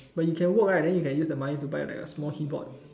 but you can work right then you can use the money to buy like a small keyboard